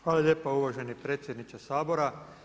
Hvala lijepa uvaženi predsjedniče Sabora.